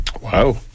Wow